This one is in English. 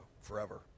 forever